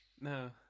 No